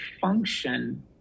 function